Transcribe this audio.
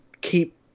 keep